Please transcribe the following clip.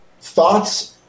thoughts –